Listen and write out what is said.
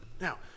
now